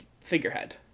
figurehead